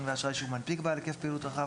ואשראי שהוא מנפיק בעל היקף פעילות רחב,